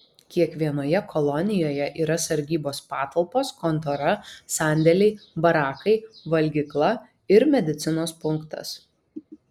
kiekvienoje kolonijoje yra sargybos patalpos kontora sandėliai barakai valgykla ir medicinos punktas